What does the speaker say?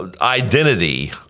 identity